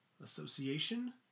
Association